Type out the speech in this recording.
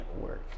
work